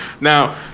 Now